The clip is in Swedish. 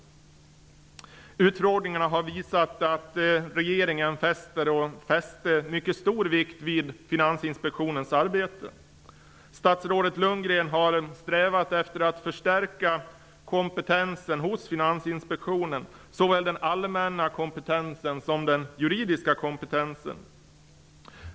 Utfrågningarna har visat att regeringen fäster och fäste mycket stor vikt vid Finansinspektionens arbete. Statsrådet Lundgren har strävat efter att förstärka kompetensen, såväl den allmänna som den juridiska, hos Finansinspektionen.